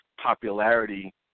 popularity